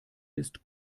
ist